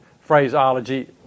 phraseology